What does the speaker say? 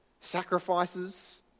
sacrifices